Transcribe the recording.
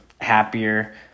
happier